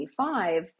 25